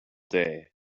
day